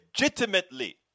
legitimately